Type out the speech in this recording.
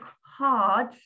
hard